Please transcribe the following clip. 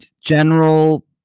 general